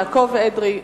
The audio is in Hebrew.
יעקב אדרי,